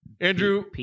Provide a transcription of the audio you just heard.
Andrew